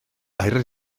aur